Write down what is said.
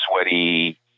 sweaty